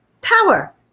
power